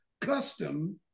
custom